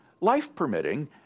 life-permitting